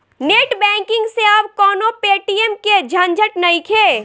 net banking से अब कवनो पेटीएम के झंझट नइखे